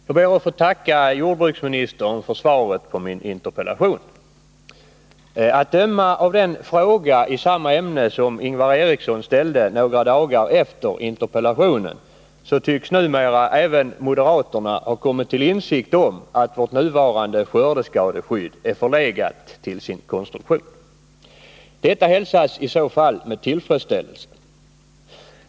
Herr talman! Jag ber att få tacka jordbruksministern för svaret på min interpellation. Att döma av den fråga i samma ämne som Ingvar Eriksson ställde några 109 dagar efter det att interpellationen framställts tycks numera även moderaterna ha kommit till insikt om att vårt nuvarande skördeskadeskydd är förlegat till sin konstruktion. Detta hälsas i så fall med tillfredsställelse.